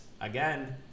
Again